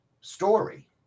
story